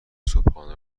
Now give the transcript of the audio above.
صبحانه